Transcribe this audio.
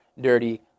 dirty